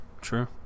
True